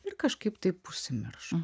ir kažkaip taip užsimiršo